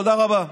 תודה רבה.